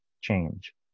change